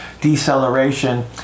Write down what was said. deceleration